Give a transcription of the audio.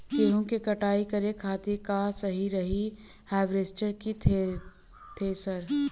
गेहूँ के कटाई करे खातिर का सही रही हार्वेस्टर की थ्रेशर?